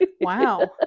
wow